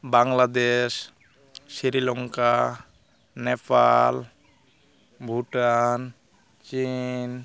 ᱵᱟᱝᱞᱟᱫᱮᱥ ᱥᱤᱨᱤᱞᱚᱝᱠᱟ ᱱᱮᱯᱟᱞ ᱵᱷᱩᱴᱟᱱ ᱪᱤᱱ